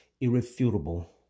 irrefutable